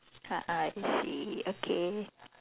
a'ah I see okay